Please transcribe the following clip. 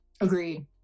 agreed